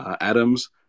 atoms